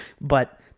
But-